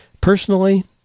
Personally